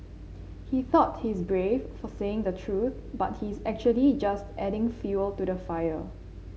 he thought he's brave for saying the truth but he's actually just adding fuel to the fire